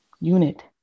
unit